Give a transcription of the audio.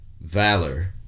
valor